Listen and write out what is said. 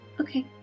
Okay